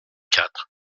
quatre